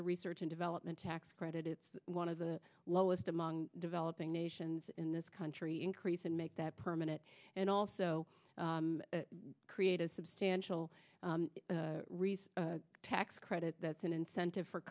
the research and development tax credit it's one of the lowest among developing nations in this country increase and make that permanent and also create a substantial raise tax credit that's an incentive for